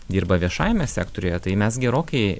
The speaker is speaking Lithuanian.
dirba viešajame sektoriuje tai mes gerokai